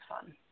fun